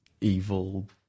evil